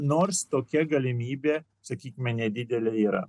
nors tokia galimybė sakykime nedidelė yra